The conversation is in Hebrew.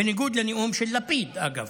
בניגוד לנאום של לפיד, אגב.